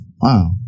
Wow